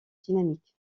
dynamique